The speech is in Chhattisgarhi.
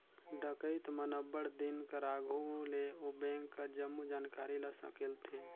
डकइत मन अब्बड़ दिन कर आघु ले ओ बेंक कर जम्मो जानकारी ल संकेलथें